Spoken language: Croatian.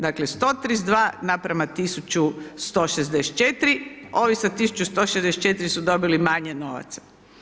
Dakle, 132 naprama 1164, ovi sa 1164 su dobili manje novaca.